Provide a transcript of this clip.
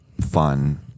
fun